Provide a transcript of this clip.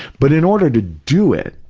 but in order to do it,